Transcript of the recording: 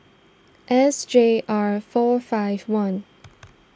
S J R four five one